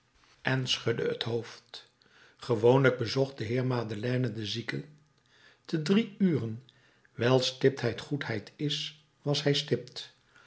en schudde het hoofd gewoonlijk bezocht de heer madeleine de zieken te drie uren wijl stiptheid goedheid is was hij stipt